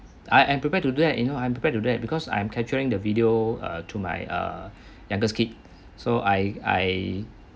I I am prepared to do that you know I'm prepared do that because I'm capturing the video uh to my uh youngest kid so I I